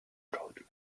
wrote